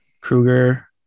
Kruger